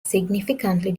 significantly